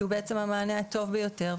שהוא בעצם המענה הטוב ביותר.